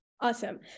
awesome